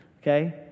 Okay